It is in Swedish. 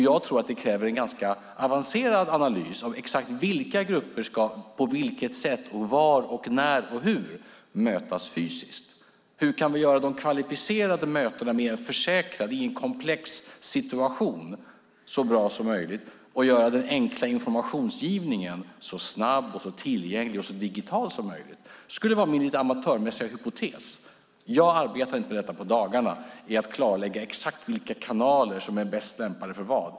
Jag tror att det kräver en ganska avancerad analys av exakt vilka grupper som på vilket sätt, var, när och hur ska mötas fysiskt. Hur kan vi göra de kvalificerade mötena med en försäkrad i en komplex situation så bra som möjligt och göra den enkla informationsgivningen så snabb, tillgänglig och digital som möjligt? Det skulle vara min amatörmässiga hypotes. Jag arbetar inte på dagarna med att klarlägga exakt vilka kanaler som är bäst lämpade för vad.